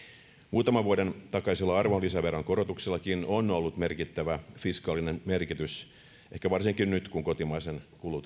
muutaman vuoden takaisella arvonlisäveron korotuksellakin on ollut merkittävä fiskaalinen merkitys ehkä varsinkin nyt kun kotimainen